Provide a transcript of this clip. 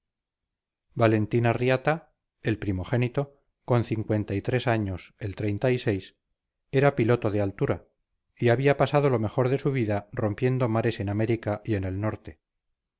valentín arratia el primogénito con cincuenta y tres años el era piloto de altura y había pasado lo mejor de su vida rompiendo mares en américa y en el norte